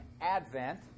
Advent